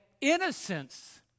innocence